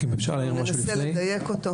ננסה לדייק אותו.